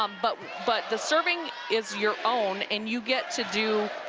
um but but the serving is your own and you get to do,